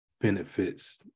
benefits